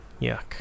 Yuck